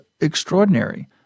extraordinary